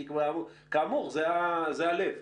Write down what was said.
כי כאמור, זה הלב.